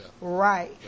Right